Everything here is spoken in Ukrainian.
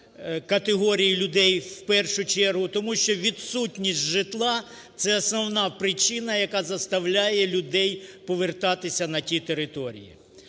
категорій людей в першу чергу, тому що відсутність житла - це основна причина, яка заставляє людей повертатися на ті території.